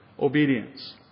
obedience